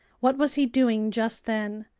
what was he doing just then?